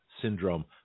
syndrome